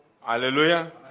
Hallelujah